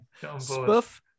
Spuff